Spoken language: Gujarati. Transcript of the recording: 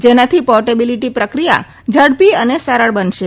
જેનાથી પોર્ટબીલીટી પ્રક્રિયા ઝડપી અને સરળ બનશે